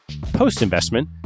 Post-investment